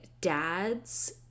dad's